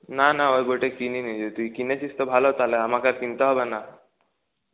না না ওই বইটা কিনিনি যদি তুই কিনেছিস তো ভালো তাহলে আমাকে কিনতে হবে না